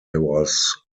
was